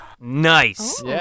Nice